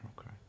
Okay